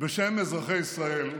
בשם אזרחי ישראל,